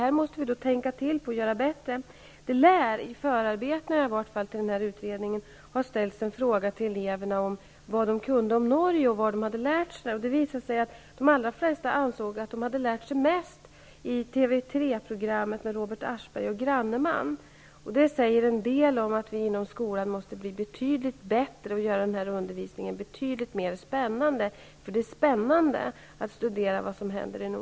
Vi måste därför tänka till i detta sammanhang för att förbättra detta. I förarbetena till denna utredning lär det ha ställts en fråga till eleverna om vad de kunde om Norge och var de hade lärt sig detta. Det visade sig att de allra flesta ansåg att de hade lärt sig mest i TV 3:s program med Robert Aschberg och Elisabet Granneman. Detta säger en del om att man inom skolan måste bli betydligt bättre och göra denna undervisning betydligt mer spännande. Det är nämligen spännande att studera vad som händer i